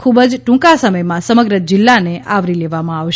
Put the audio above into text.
ખૂબ ટૂંકા સમયમાં સમગ્ર જિલ્લાને આવરી લેવામાં આવશે